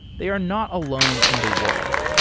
they are not alone in the world.